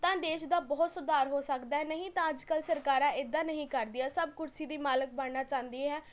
ਤਾਂ ਦੇਸ਼ ਦਾ ਬਹੁਤ ਸੁਧਾਰ ਹੋ ਸਕਦਾ ਹੈ ਨਹੀਂ ਤਾਂ ਅੱਜ ਕੱਲ੍ਹ ਸਰਕਾਰਾਂ ਇੱਦਾਂ ਨਹੀਂ ਕਰਦੀਆਂ ਸਭ ਕੁਰਸੀ ਦੀ ਮਾਲਕ ਬਣਨਾ ਚਾਹੁੰਦੀ ਹੈ